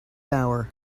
hour